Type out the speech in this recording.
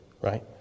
right